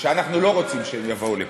שאנחנו לא רוצים שהם יבואו לפה.